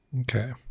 okay